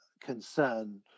concern